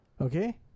Okay